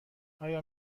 آیا